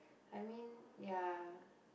I mean ya